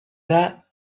that